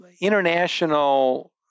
international